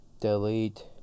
Delete